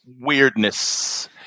weirdness